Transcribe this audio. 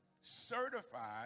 certified